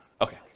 Okay